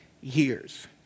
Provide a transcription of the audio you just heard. years